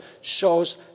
shows